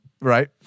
right